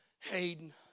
Hayden